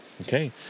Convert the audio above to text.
Okay